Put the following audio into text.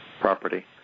property